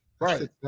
Right